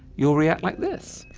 you'll react like this.